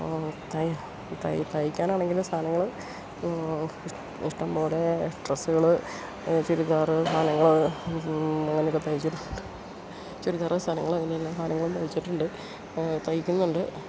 തയ്ക്കാനാണെങ്കില് സാധനങ്ങള് ഇഷ്ടമ്പോലെ ഡ്രസ്സുകള് ചുരിദാര് സാധനങ്ങള് അങ്ങനെയൊക്കെ തയ്ച്ചിട്ടുണ്ട് ചുരിദാര് സാധനങ്ങള് അങ്ങനെയെല്ലാ സാധനങ്ങളും തയ്ച്ചിട്ടുണ്ട് തയ്ക്കുന്നുണ്ട്